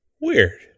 Weird